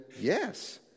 yes